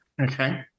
Okay